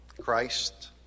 Christ